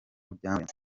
byamurenze